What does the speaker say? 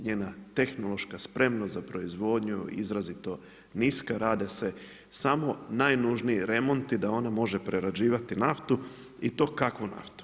Njena tehnološka spremnost za proizvodnju je izrazito niska, rade se samo najnužniji remonti, da ona može prerađivati naftu i to kakvu naftu?